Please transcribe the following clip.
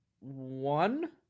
one